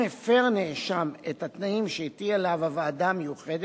אם הפר נאשם את התנאים שהטילה עליו הוועדה המיוחדת,